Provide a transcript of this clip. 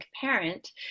parent